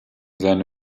seine